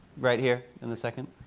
right here, in the second.